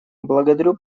благодарю